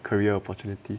career opportunity